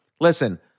listen